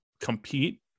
compete